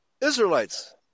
Israelites